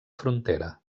frontera